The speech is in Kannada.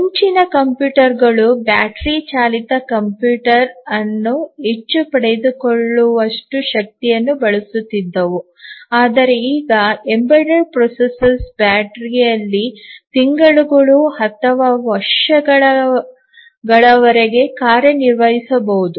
ಮುಂಚಿನ ಕಂಪ್ಯೂಟರ್ಗಳು ಬ್ಯಾಟರಿ ಚಾಲಿತ ಕಂಪ್ಯೂಟರ್ ಅನ್ನು ಹೆಚ್ಚು ಪಡೆದುಕೊಳ್ಳುವಷ್ಟು ಶಕ್ತಿಯನ್ನು ಬಳಸುತ್ತಿದ್ದವು ಆದರೆ ಈಗ ಎಂಬೆಡೆಡ್ ಪ್ರೊಸೆಸರ್ ಬ್ಯಾಟರಿಯಲ್ಲಿ ತಿಂಗಳುಗಳು ಅಥವಾ ವರ್ಷಗಳವರೆಗೆ ಕಾರ್ಯನಿರ್ವಹಿಸಬಹುದು